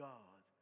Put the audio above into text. God